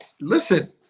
Listen